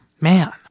Man